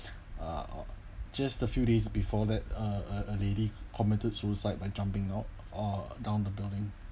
uh just a few days before that uh a a lady committed suicide by jumping out uh down the building